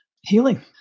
healing